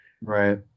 Right